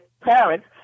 parents